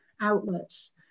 outlets